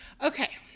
Okay